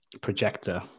projector